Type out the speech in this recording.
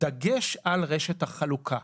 דגש על רשת החלוקה.